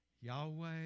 Yahweh